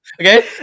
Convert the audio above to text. Okay